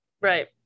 Right